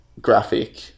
graphic